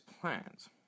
plans